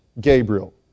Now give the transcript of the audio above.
Gabriel